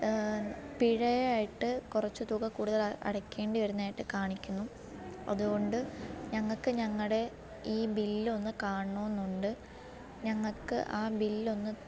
പിഴ ആയിട്ട് കുറച്ചു തുക കൂടുതൽ അടക്കേണ്ടി വരുന്നതായിട്ട് കാണിക്കുന്നു അതുകൊണ്ട് ഞങ്ങൾക്ക് ഞങ്ങളുടെ ഈ ബില്ലൊന്നു കാണണം എന്നുണ്ട് ഞങ്ങൾക്ക് ആ ബില്ലൊന്ന്